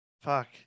fuck